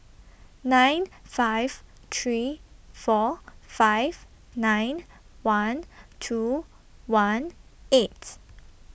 nine five three four five nine one two one eight